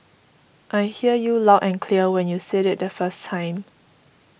I hear you loud and clear when you said it the first time